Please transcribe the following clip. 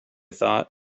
thought